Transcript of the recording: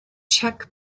czech